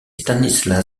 stanisław